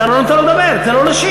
אתה לא נותן לו לדבר, תן לו להשיב.